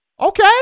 Okay